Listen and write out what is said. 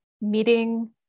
meeting